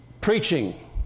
preaching